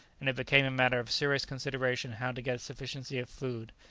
and it became a matter of serious consideration how to get a sufficiency of food.